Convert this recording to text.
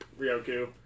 Ryoku